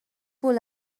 wohl